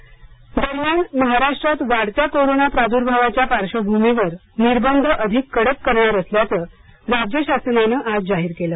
महाराष्ट्र निर्बंध दरम्यान महाराष्ट्रात वाढत्या कोरोना प्राद्र्भावाच्या पार्श्वभूमीवर निर्बंध अधिक कडक करणार असल्याचं राज्य शासनानं आज जाहीर केलं